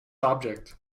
object